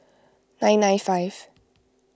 nine nine five